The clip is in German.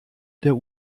der